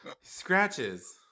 Scratches